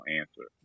answer